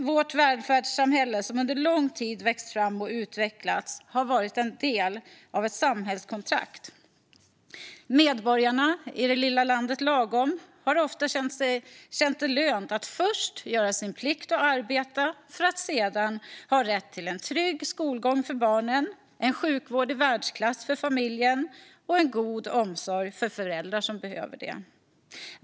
Vårt välfärdssamhälle, som under lång tid växt fram och utvecklats, har byggt på ett samhällskontrakt. Medborgarna i det lilla landet lagom har ofta känt det lönt att först göra sin plikt och arbeta för att sedan ha rätt till en trygg skolgång för barnen, en sjukvård i världsklass för familjen och en god omsorg för föräldrar som behöver det.